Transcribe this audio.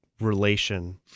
relation